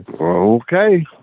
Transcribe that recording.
Okay